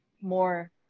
more